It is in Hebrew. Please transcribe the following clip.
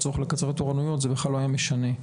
לעבוד פחות שעות ושיקצצו לו הרבה מתוך השכר שלו.